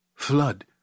Flood